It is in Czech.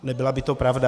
Nebyla by to pravda.